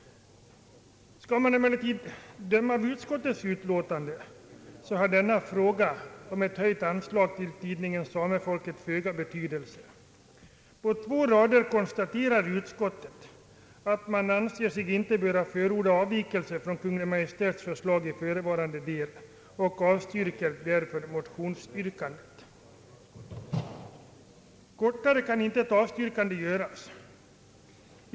Skall man emellertid döma av utskottets utlåtande, har frågan om ett höjt anslag till tidningen Samefolket föga betydelse. På två rader konstaterar utskottet att det inte anser sig böra förorda avvikelser från Kungl. Maj:ts förslag i förevarande del, varför det avstyrker motionsyrkandet. Kortare kan inte ett avstyrkande göras.